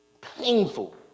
painful